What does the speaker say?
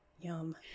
Yum